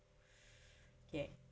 okay